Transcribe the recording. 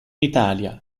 italia